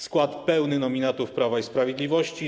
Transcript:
Skład pełny nominatów Prawa i Sprawiedliwości.